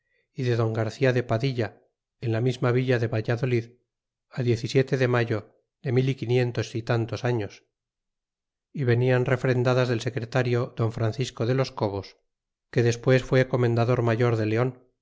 y de don garcia de padilla en la misma villa de valladolid diez y siete de mayo de mil y quinientos y tantos años y venian refrendadas del secretario don francisco de los cobos que despues fue comendador mayor de leon